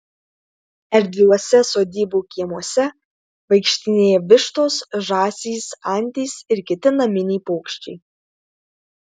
erdviuose sodybų kiemuose vaikštinėja vištos žąsys antys ir kiti naminiai paukščiai